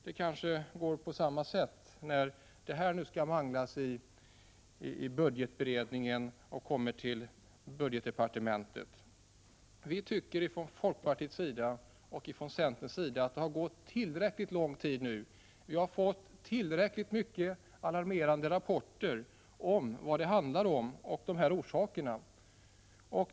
Det kanske går på samma sätt när den här frågan nu skall manglas i budgetberedningen och kommer till budgetdepartementet. Från folkpartiets och centerns sida tycker vi att det har gått tillräckligt lång tid och att vi har fått tillräckligt mycket alarmerande rapporter om vad det handlar om och om orsakerna.